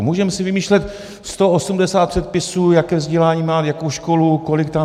Můžeme si vymýšlet 180 předpisů, jaké vzdělání, jakou školu, kolik tam...